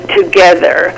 together